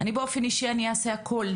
אני באופן אישי אעשה הכל,